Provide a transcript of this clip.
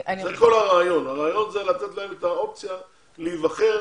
הרעיון זה לתת להם את האופציה להיבחר